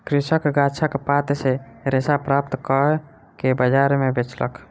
कृषक गाछक पात सॅ रेशा प्राप्त कअ के बजार में बेचलक